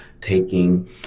taking